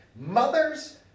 Mothers